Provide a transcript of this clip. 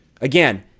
again